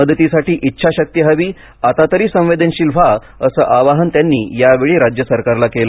मदतीसाठी इच्छाशक्ती हवी आता तरी संवेदनशील व्हा असं आवाहन त्यांनी यावेळी राज्य सरकारला केलं